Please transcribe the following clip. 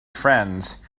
friends